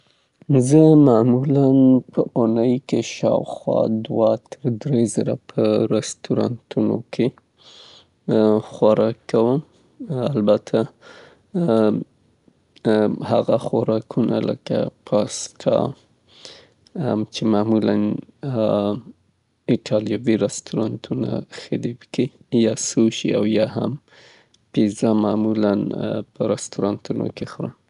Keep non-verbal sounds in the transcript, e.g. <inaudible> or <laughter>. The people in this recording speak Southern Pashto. زه په اونی که دوه ځله <hesitation> یا دری ځله په رسټورانونو کې خوراک کوم، مختلف خواړه البته چه زما د خوښې وړ دي هغه لکه کبان، <hesitation> سوشي او یا هم پیزا ورته شاملیږي چې دا زما مصروفه کاري ورځې وي او یا داسې چې له دوستانو او ملګرو سره لیده کاته کوم په رستورانت کې خوراک کوم.